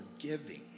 forgiving